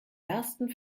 ersten